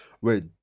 wait